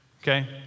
Okay